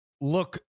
look